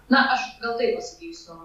na aš gal taip pasakysiu